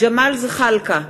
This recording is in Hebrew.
ג'מאל זחאלקה,